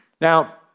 Now